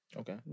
Okay